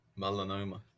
Melanoma